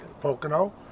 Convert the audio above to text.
Pocono